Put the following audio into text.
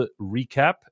recap